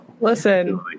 Listen